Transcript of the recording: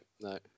no